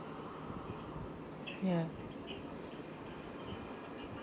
ya